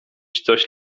coś